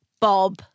Bob